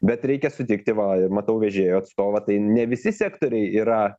bet reikia sutikti va ir matau vežėjų atstovą tai ne visi sektoriai yra